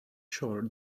shore